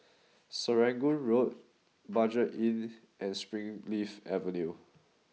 Serangoon Road Budget Inn and Springleaf Avenue